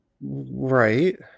Right